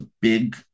big